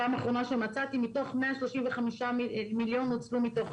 פעם אחרונה שמצאתי 135 מיליון נוצלו מתוך